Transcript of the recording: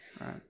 Right